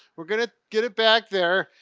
we're gonna get it back there,